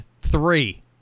three